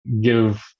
give